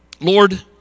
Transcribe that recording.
Lord